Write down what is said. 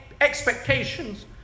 expectations